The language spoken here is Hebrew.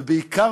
ובעיקר,